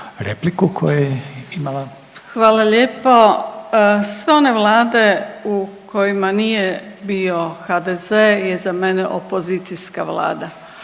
Hvala lijepo. Sve one vlade u kojima nije bio HDZ je za mene opozicijska vlada,